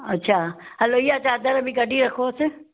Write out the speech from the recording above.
अच्छा हलो इहा चादर बि कढी रखोसि